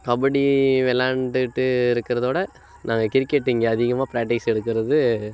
கபடி விளாண்டுட்டு இருக்கிறதோட நாங்கள் கிரிக்கெட்டு இங்கே அதிகமாக பிராக்டிஸ் எடுக்கிறது